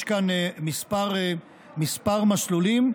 יש כאן כמה מסלולים,